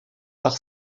par